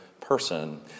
person